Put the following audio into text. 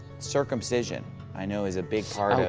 circumcision i know is a big part